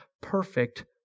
perfect